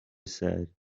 said